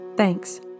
Thanks